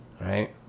right